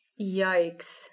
Yikes